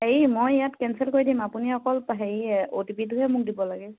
হেৰি মই ইয়াত কেঞ্চেল কৰি দিম আপুনি অকল হেৰি অ'টিপিটোহে মোক দিব লাগে